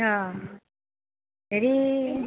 অঁ হেৰি